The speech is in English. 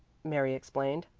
mary explained,